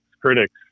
critics